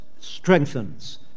strengthens